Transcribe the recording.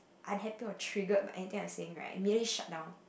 unhappy or trigger anything I saying right merely shut down